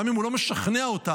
גם אם הוא לא משכנע אותם,